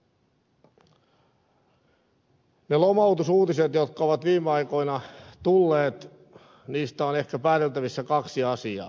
niistä lomautusuutisista jotka ovat viime aikoina tulleet on ehkä pääteltävissä kaksi asiaa